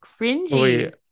cringy